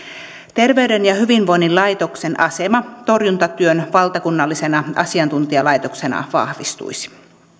terveyden ja hyvinvoinnin laitoksen asema torjuntatyön valtakunnallisena asiantuntijalaitoksena vahvistuisi